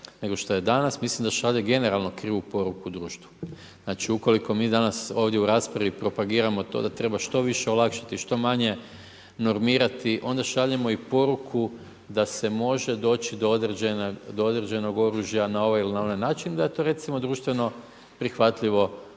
nego što je danas, mislim da šalje generalno krivu poruku društvu. Znači ukoliko mi danas u raspravi propagiramo to da treba što više olakšati što manje normirati onda šaljemo i poruku da se može doći do određenog oružja na ovaj ili onaj način da je to recimo društveno prihvatljivo ponašanje